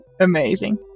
amazing